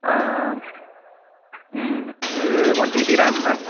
இது one TB RAM ma'am